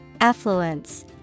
Affluence